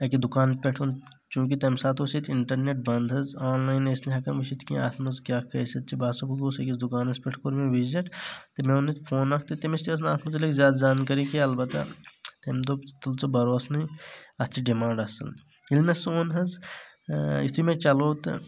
اکہِ دُکان پٮ۪ٹھ اوٚن چوٗنکہِ تمہِ ساتہٕ اوس ییٚتہِ اِنٹرنٮ۪ٹ بنٛد حظ آن لایِن ٲسۍ نہٕ ہٮ۪کان وٕچھِتھ کینٛہہ اتھ منٛز کیٛاہ خٲصیت چھِ بہٕ ہسا بہٕ گوٚوس أکِس دُکانس پٮ۪ٹھ کوٚر مےٚ وِزِٹ تہٕ مےٚ اوٚن اتہِ فون اکھ تہٕ تٔمِس تہِ ٲس نہٕ اتھ مُتعلق زیادٕ زانکٲری کینٛہہ البتہ تٔمۍ دوٚپ تُل ژٕ بروسنٕے اتھ چھِ ڈمانڈ اصل ییٚلہِ مےٚ سُہ اوٚن حظ یِتُھے مےٚ چلو تہٕ